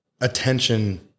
attention